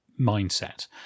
mindset